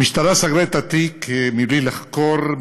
המשטרה סגרה את התיק מבלי לחקור,